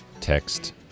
text